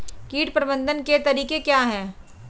कीट प्रबंधन के तरीके क्या हैं?